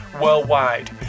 worldwide